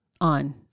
on